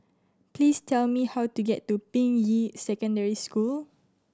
please tell me how to get to Ping Yi Secondary School